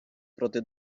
проти